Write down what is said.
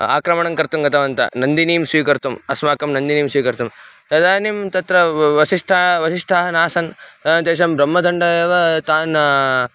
आक्रमणं कर्तुं गतवन्तः नन्दिनीं स्वीकर्तुम् अस्माकं नन्दिनीं स्वीकर्तुं तदानीं तत्र वसिष्ठः वशिष्ठः तदानीं तेषां ब्रह्मदण्डः एव तान्